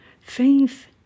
Faith